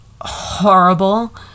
horrible